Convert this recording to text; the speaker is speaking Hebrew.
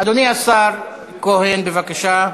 אדוני השר כהן, בבקשה.